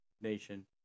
nation